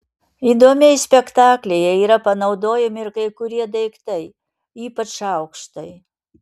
įdomiai spektaklyje yra panaudojami ir kai kurie daiktai ypač šaukštai